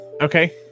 okay